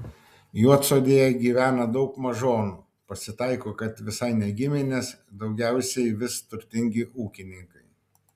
juodsodėje gyvena daug mažonų pasitaiko kad visai ne giminės daugiausiai vis turtingi ūkininkai